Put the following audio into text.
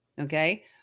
Okay